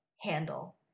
handle